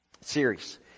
series